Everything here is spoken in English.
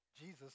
Jesus